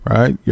Right